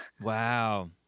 Wow